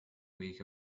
week